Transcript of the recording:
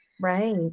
Right